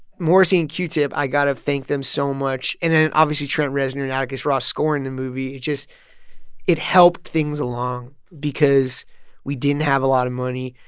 morrissey and q-tip, i got to thank them so much. and then, obviously, trent reznor and atticus ross scoring the movie. it just it helped things along because we didn't have a lot of money,